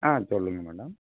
ஆ சொல்லுங்க மேடம்